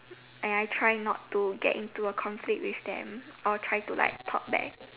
and I try not to get into a conflict with them or try to talk back